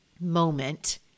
moment